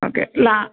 okay லா